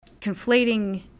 conflating